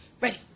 ready